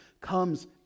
comes